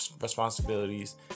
responsibilities